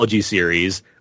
series